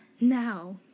Now